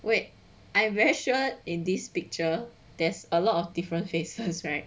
wait I very sure in this picture there's a lot of different faces right